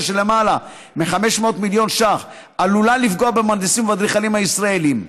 של למעלה מ-500 מיליון שקלים עלולה לפגוע במהנדסים ובאדריכלים הישראלים.